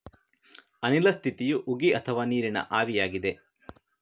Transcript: ಅನಿಲ ಸ್ಥಿತಿಯು ಉಗಿ ಅಥವಾ ನೀರಿನ ಆವಿಯಾಗಿದೆ